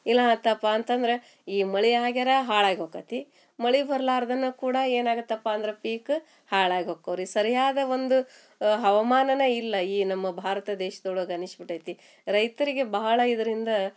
ಇಲ್ಲಾ ಆತಪ್ಪಾ ಅಂತಂದ್ರೆ ಈ ಮಳೆ ಆಗ್ಯರ ಹಾಳಾಗಿ ಹೋಕಾತಿ ಮಳೆ ಬರ್ಲಾರ್ದನ ಕೂಡ ಏನಾಗುತಪ್ಪಾ ಅಂದ್ರ ಪೀಕ್ ಹಾಳಾಗಿ ಹೋಕುರಿ ಸರಿಯಾದ ಒಂದು ಹವಮಾನನೆ ಇಲ್ಲ ಈ ನಮ್ಮ ಭಾರತ ದೇಶ್ದೊಳಗ ಅನಿಸಿ ಬಿಟೈತಿ ರೈತರಿಗೆ ಬಹಳ ಇದರಿಂದ